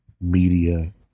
media